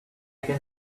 can